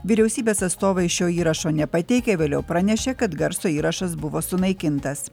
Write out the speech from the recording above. vyriausybės atstovai šio įrašo nepateikė vėliau pranešė kad garso įrašas buvo sunaikintas